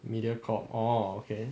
mediacorp orh okay